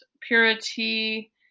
purity